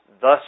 Thus